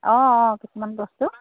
অঁ অ কিছুমান বস্তু